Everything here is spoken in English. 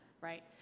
right